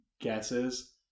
guesses